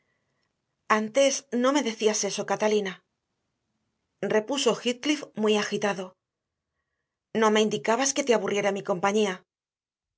antes no me decías eso catalina repuso heathcliff muy agitado no me indicabas que te aburriera mi compañía